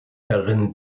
darin